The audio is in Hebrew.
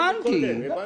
הבנו קודם.